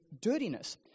dirtiness